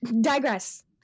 digress